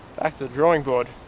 back to the drawing board.